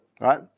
right